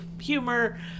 humor